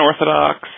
Unorthodox